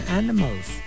animals